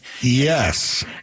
Yes